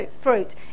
fruit